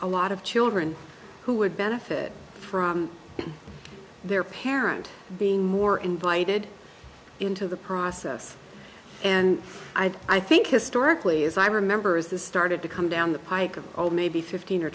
a lot of children who would benefit from their parent being more invited into the process and i think historically as i remember is this started to come down the pike of oh maybe fifteen or